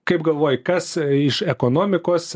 kaip galvoji kas iš ekonomikos